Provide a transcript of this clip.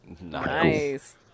Nice